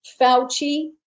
Fauci